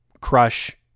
crush